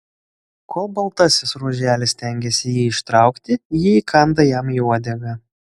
kol baltasis ruoželis stengiasi jį ištraukti ji įkanda jam į uodegą